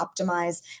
optimize